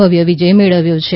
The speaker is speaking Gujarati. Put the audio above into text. ભવ્ય વિજય મેળવ્યો છે